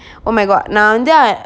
oh my god நா வந்து:na vanthu